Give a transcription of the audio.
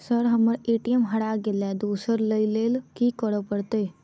Sir हम्मर ATM हरा गइलए दोसर लईलैल की करऽ परतै?